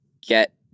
get